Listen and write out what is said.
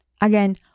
Again